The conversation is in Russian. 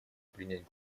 принять